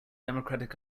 democratic